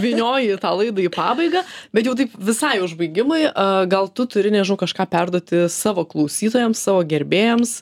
vynioji tą laidą į pabaigą bet jau taip visai užbaigimui a gal tu turi kažką perduoti savo klausytojams savo gerbėjams